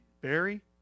Barry